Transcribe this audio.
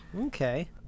okay